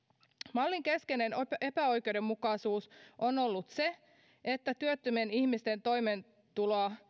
mallin keskeinen epäoikeudenmukaisuus on ollut se että työttömien ihmisten toimeentuloa